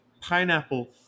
pineapple